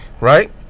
Right